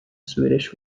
swedish